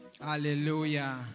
Hallelujah